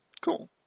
Cool